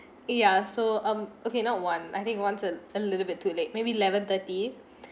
yeah so um okay not one I think one uh a little bit too late maybe eleven thirty